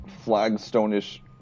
flagstone-ish